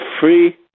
free